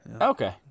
Okay